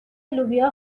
لوبیا